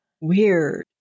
Weird